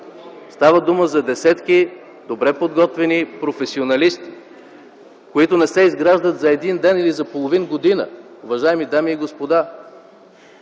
Става дума за десетки добре подготвени професионалисти, които не се изграждат за един ден или за половин година. Уважаеми дами и господа,